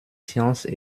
sciences